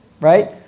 Right